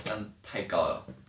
这样太高 liao